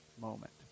moment